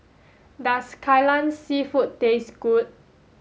does Kai Lan seafood taste good